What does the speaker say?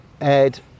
Ed